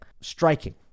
Striking